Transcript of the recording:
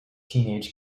teenage